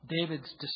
David's